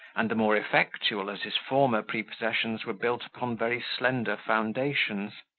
and the more effectual as his former prepossessions were built upon very slender foundations.